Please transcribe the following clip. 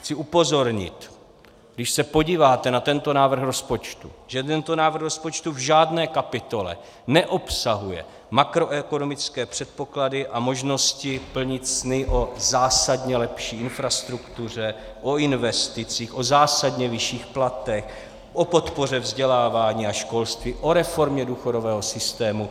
Chci upozornit, když se podíváte na tento návrh rozpočtu, že tento návrh rozpočtu v žádné kapitole neobsahuje makroekonomické předpoklady a možnosti plnit sny o zásadně lepší infrastruktuře, o investicích, o zásadně vyšších platech, o podpoře vzdělávání a školství, o reformě důchodového systému.